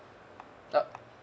uh